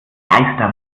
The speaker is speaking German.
kleister